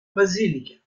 basilica